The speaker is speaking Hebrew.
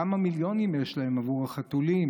כמה מיליונים יש להם עבור החתולים.